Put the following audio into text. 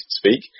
speak